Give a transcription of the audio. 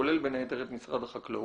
כולל בין היתר את משרד החקלאות